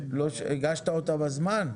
הגשת אותה בזמן?